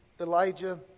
Elijah